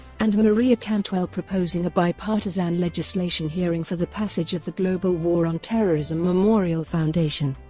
and maria cantwell proposing a bipartisan legislation hearing for the passage of the global war on terrorism memorial foundation.